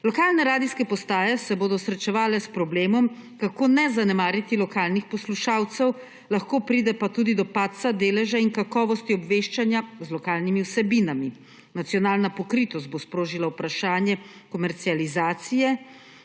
lokalne radijske postaje se bodo srečevale s problemom, kako ne zanemariti lokalnih poslušalcev, lahko pride pa tudi do padca deleža in kakovosti obveščanja z lokalnimi vsebinami. Nacionalna pokritost bo sprožila vprašanje komercializacije,